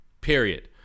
period